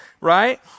right